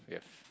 we have